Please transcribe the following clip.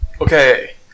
Okay